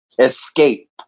Escape